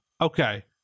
Okay